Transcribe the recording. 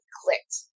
clicked